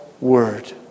word